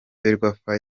ferwafa